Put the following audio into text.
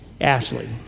Ashley